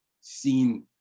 seen